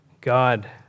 God